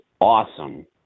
awesome